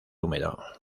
húmedo